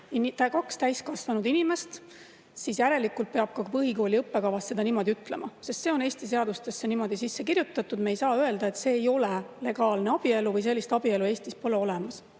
kaks täiskasvanud inimest, siis järelikult peab ka põhikooli õppekavas seda niimoodi ütlema, sest see on Eesti seadustesse niimoodi sisse kirjutatud. Me ei saa öelda, et see ei ole legaalne abielu või sellist abielu Eestis pole olemas.